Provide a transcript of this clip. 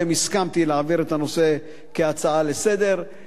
הסכמתי להעביר את הנושא כהצעה לסדר-היום.